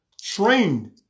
trained